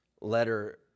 letter